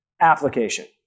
application